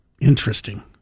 Interesting